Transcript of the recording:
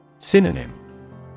Synonym